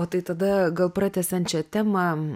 o tai tada gal pratęsiant čia temą